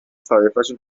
طایفشون